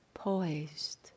Poised